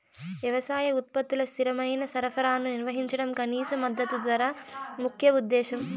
వ్యవసాయ ఉత్పత్తుల స్థిరమైన సరఫరాను నిర్వహించడం కనీస మద్దతు ధర ముఖ్య ఉద్దేశం